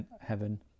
heaven